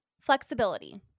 flexibility